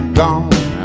gone